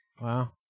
Wow